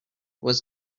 was